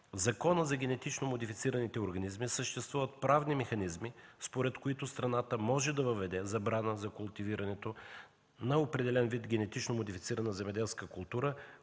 Закона за генетично модифицираните организми съществуват правни механизми, според които страната може да въведе забрана за култивирането на определен вид генетично модифицирана земеделска култура,